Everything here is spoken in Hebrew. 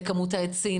לכמות העצים.